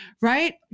Right